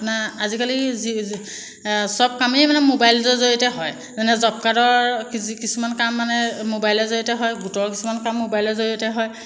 আপোনাৰ আজিকালি যি চব কামেই মানে মোবাইলৰ জৰিয়তেই হয় যেনে জব কাৰ্ডৰ কিছুমান কাম মানে মোবাইলৰ জৰিয়তে হয় গোটৰ কিছুমান কাম মোবাইলৰ জৰিয়তে হয়